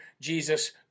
jesus